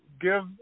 give